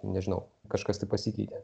nežinau kažkas tai pasikeitė